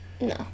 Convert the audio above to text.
No